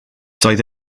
doedd